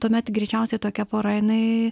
tuomet greičiausiai tokia pora jinai